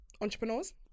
Entrepreneurs